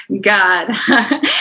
God